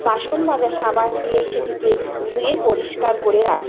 বাসন মাজার সাবান দিয়েই সেটিকে ধুয়ে পরিষ্কার করে রাখি